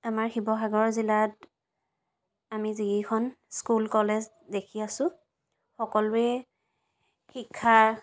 আমাৰ শিৱসাগৰ জিলাত আমি যিকেইখন স্কুল কলেজ দেখি আছো সকলোৱে শিক্ষা